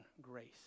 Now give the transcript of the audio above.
grace